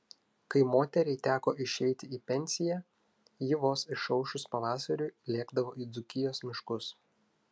kai moteriai teko išeiti į pensiją ji vos išaušus pavasariui lėkdavo į dzūkijos miškus